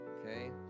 Okay